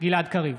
גלעד קריב,